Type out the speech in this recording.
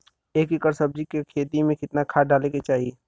एक एकड़ सब्जी के खेती में कितना खाद डाले के चाही?